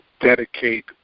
dedicate